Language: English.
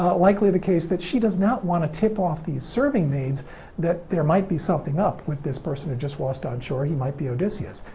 likely the case that she does not want to tip off these serving maids that there might be something up with this person who just washed on shore. he might be odysseus.